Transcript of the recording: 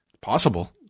Possible